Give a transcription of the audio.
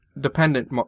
dependent